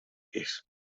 pies